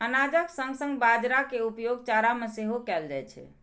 अनाजक संग संग बाजारा के उपयोग चारा मे सेहो कैल जाइ छै